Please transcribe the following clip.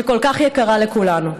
שכל כך יקרה לכולנו.